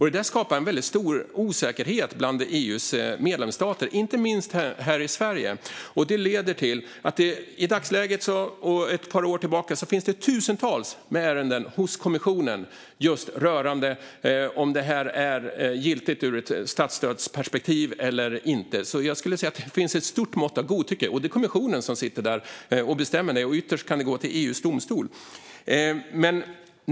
Det skapar en väldigt stor osäkerhet bland EU:s medlemsstater, inte minst här i Sverige. Det leder till att det i dagsläget och sedan ett par år tillbaka finns tusentals ärenden hos kommissionen rörande om det här är giltigt ur ett statsstödsperspektiv eller inte. Jag skulle säga att det finns ett stort mått av godtycke - det är kommissionen som sitter där och bestämmer, och ytterst kan det gå till EU:s domstol.